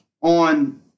on